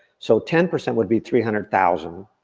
so ten percent would be three hundred thousand,